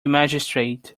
magistrate